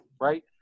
right